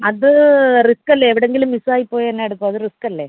അത് റിസ്ക്ക് അല്ലേ എവിടെയെങ്കിലും മിസ്സായിപ്പോയാൽ എന്നാ എടുക്കും അത് റിസ്ക്ക് അല്ലേ